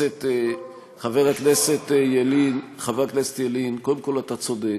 הכנסת ילין, קודם כול, אתה צודק.